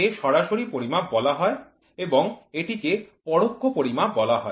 একে সরাসরি পরিমাপ বলা হয় এবং এটিকে পরোক্ষ পরিমাপ বলা হয়